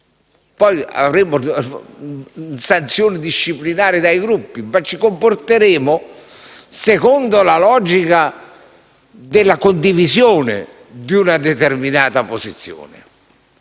Poi avremo sanzioni disciplinari dai Gruppi, ma ci comporteremo secondo la logica della condivisione di una determinata posizione.